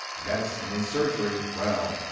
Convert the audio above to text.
medicine and surgery well,